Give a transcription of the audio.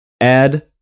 add